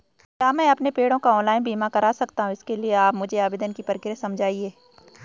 क्या मैं अपने पेड़ों का ऑनलाइन बीमा करा सकता हूँ इसके लिए आप मुझे आवेदन की प्रक्रिया समझाइए?